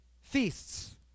feasts